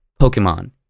Pokemon